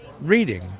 reading